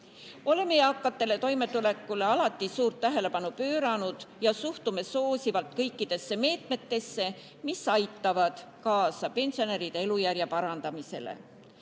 eakate toimetulekule alati suurt tähelepanu pööranud ja suhtume soosivalt kõikidesse meetmetesse, mis aitavad kaasa pensionäride elujärje parandamisele.